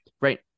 right